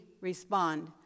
respond